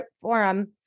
Forum